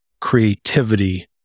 creativity